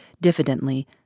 diffidently